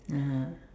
(uh huh)